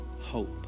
hope